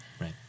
Right